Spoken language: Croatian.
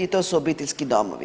To su obiteljski domovi.